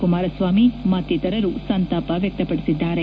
ಕುಮಾರಸ್ವಾಮಿ ಮತ್ತಿತರರು ಸಂತಾಪ ವ್ಯಕ್ತಪದಿಸಿದ್ದಾರೆ